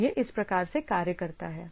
तो यह इस प्रकार से कार्य करता है